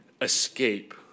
escape